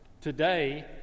today